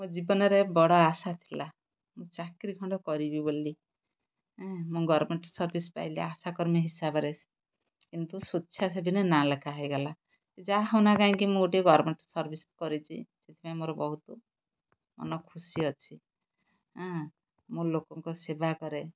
ମୋ ଜୀବନରେ ବଡ଼ ଆଶା ଥିଲା ମୁଁ ଚାକିରି ଖଣ୍ଡେ କରିବି ବୋଲି ମୁଁ ଗଭ୍ମେଣ୍ଟ୍ ସର୍ଭିସ୍ ପାଇଲି ଆଶା କର୍ମୀ ହିସାବରେ କିନ୍ତୁ ସ୍ୱେଚ୍ଛାସେବି ନାଁ ଲେଖା ହେଇଗଲା ଯାହା ହେଉନା କାହିଁକି ମୁଁ ଗୋଟିଏ ଗଭ୍ମେଣ୍ଟ୍ ସର୍ଭିସ୍ କରିଚି ସେଥିପାଇଁ ମୋର ବହୁତ ମନ ଖୁସି ଅଛି ମୁଁ ଲୋକଙ୍କ ସେବା କରେ